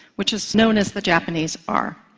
which is known as the japanese r.